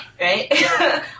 Right